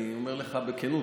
אני אומר לך בכנות.